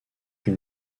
une